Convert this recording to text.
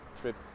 trip